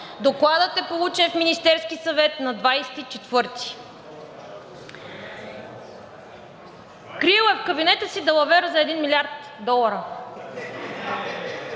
Докладът е получен в Министерския съвет на 24-ти. Криел е в кабинета си далавера за 1 млрд. долара.